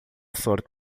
sorte